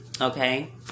okay